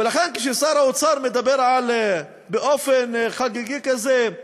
ולכן כששר האוצר מדבר באופן חגיגי כזה: